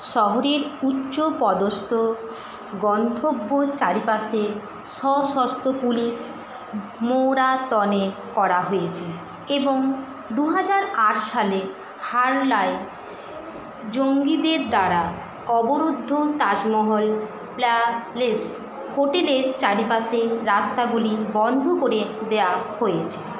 শহরের উচ্চপদস্থ গন্তব্যর চারিপাশে সশস্ত্র পুলিশ মোতায়েন করা হয়েছে এবং দু হাজার আট সালের হারলায় জঙ্গিদের দ্বারা অবরুদ্ধ তাজমহল প্লা প্লেস হোটেলের চারিপাশের রাস্তাগুলি বন্ধ করে দেওয়া হয়েছে